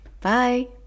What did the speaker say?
bye